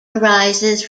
arises